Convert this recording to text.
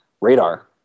radar